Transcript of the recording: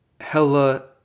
Hella